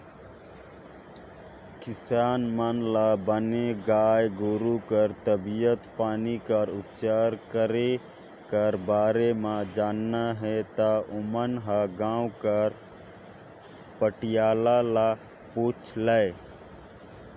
किसान मन ल बने गाय गोरु कर तबीयत पानी कर उपचार करे कर बारे म जानना हे ता ओमन ह गांव कर पहाटिया ल पूछ लय